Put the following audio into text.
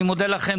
אני מודה לכם.